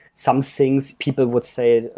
some things people would say,